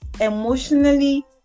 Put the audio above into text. emotionally